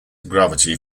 gravity